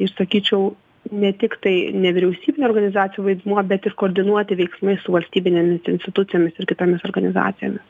ir sakyčiau ne tiktai nevyriausybinių organizacijų vaidmuo bet ir koordinuoti veiksmai su valstybinėmis institucijomis ir kitomis organizacijomis